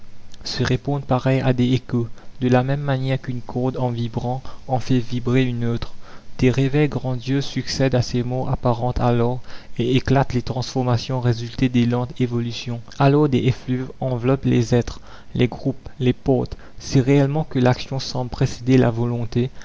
se répondent pareils à des échos de la même manière qu'une corde en vibrant en fait vibrer une autre des réveils grandioses succèdent à ces morts apparentes alors et éclatent les transformations résultées des lentes évolutions alors des effluves enveloppent les êtres les groupent les portent si réellement que l'action semble précéder la volonté